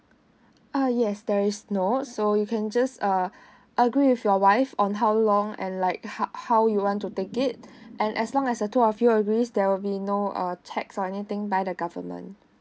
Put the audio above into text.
ah yes there is no so you can just uh agree with your wife on how long and like how how you want to take it and as long as the two of you agrees there will be no err tax or anything by the government